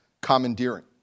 commandeering